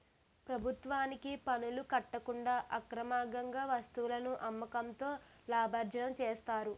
ప్రభుత్వానికి పనులు కట్టకుండా అక్రమార్గంగా వస్తువులను అమ్మకంతో లాభార్జన చేస్తారు